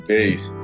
Peace